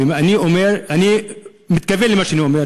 ואני אומר, אני מתכוון למה שאני אומר.